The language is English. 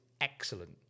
excellent